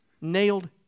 nailed